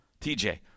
TJ